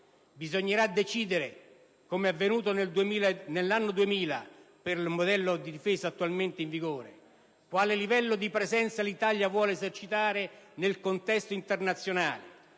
Bisognerà decidere - com'è avvenuto nell'anno 2000 per il modello di difesa attualmente in vigore - quale livello di presenza l'Italia voglia esercitare nel contesto internazionale;